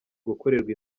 gukorerwa